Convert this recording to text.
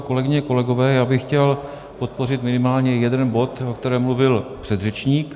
Kolegyně, kolegové, já bych chtěl podpořit minimálně jeden bod, o kterém mluvil předřečník.